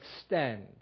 extend